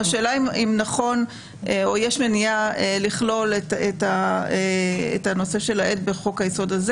השאלה אם נכון או יש מניעה לכלול את הנושא של העד בחוק היסוד הזה.